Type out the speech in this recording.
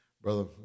Brother